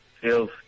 feels